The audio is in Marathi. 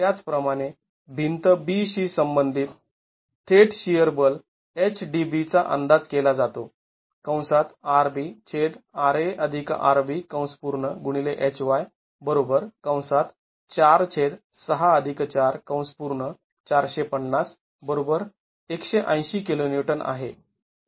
त्याचप्रमाणे भिंत B शी संबंधित थेट शिअर बल HDB चा अंदाज केला जो आहे